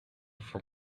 for